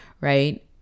right